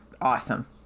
awesome